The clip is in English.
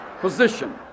position